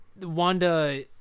Wanda